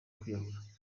kwiyahura